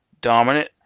dominant